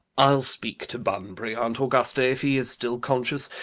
i'll speak to bunbury, aunt augusta, if he is still conscious,